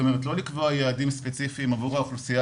כלומר לא לקבוע יעדים ספציפיים עבור האוכלוסייה